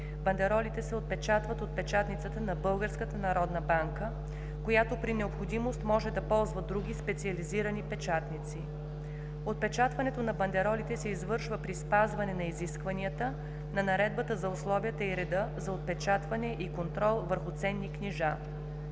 Бандеролите се отпечатват от печатницата на Българската народна банка, която при необходимост може да ползва други специализирани печатници. Отпечатването на бандеролите се извършва при спазване на изискванията на Наредбата за условията и реда за отпечатване и контрол върху ценни книжа